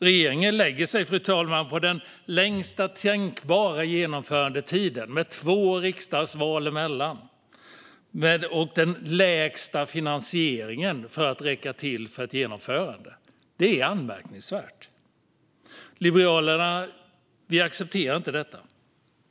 Regeringen lägger sig, fru talman, på den längsta tänkbara genomförandetiden, med två riksdagsval emellan, och den lägsta finansieringen för att räcka till för ett genomförande. Det är anmärkningsvärt. Liberalerna accepterar inte detta.